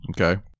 okay